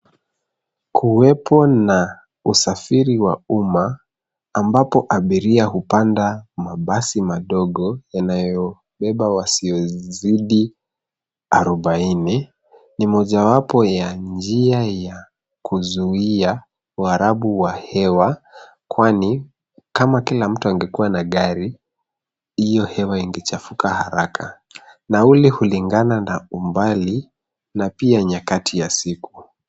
Kuwepo na usafiri wa umma ambapo abiria hupanda mabasi madogo yanayobeba waiozidi arubaini ni mojawapo ya njia ya kuzuia uharibifu kwani kama kila mtu angekuwa na gari hiyo hewa ingechafuka haraka. Nauli hulingana na umbali na pia nyakati ya siku.